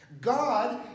God